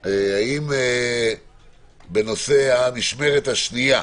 היום, בנושא המשמרת השנייה.